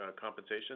compensation